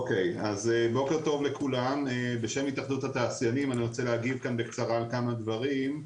בשם התאחדות התעשיינים אני רוצה להגיב כאן בקצרה על כמה דברים.